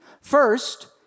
First